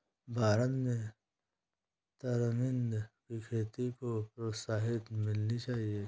भारत में तरमिंद की खेती को प्रोत्साहन मिलनी चाहिए